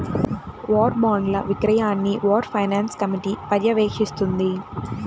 war బాండ్ల విక్రయాన్ని war finance committee పర్యవేక్షిస్తుంది